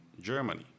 Germany